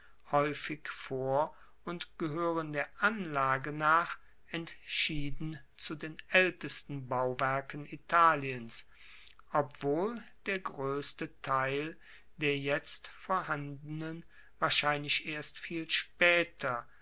haeufig vor und gehoeren der anlage nach entschieden zu den aeltesten bauwerken italiens obwohl der groesste teil der jetzt vorhandenen wahrscheinlich erst viel spaeter